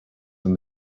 from